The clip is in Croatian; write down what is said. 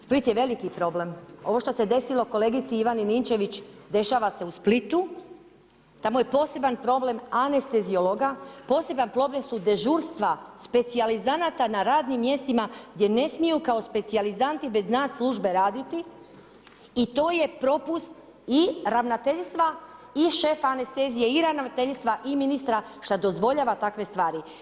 Split je veliki problem, ovo što se desilo kolegici Ivani Ninčević, dešava se u Splitu, tamo je poseban problem anesteziologa, poseban problem su dežurstva specijalizanata na radnim mjestima gdje ne smiju kao specijalizanti bez nas službe raditi i to je propust i ravnateljstva i šefa anestezije i ravnateljstva i ministra šta dozvoljava takve stvari.